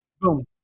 Boom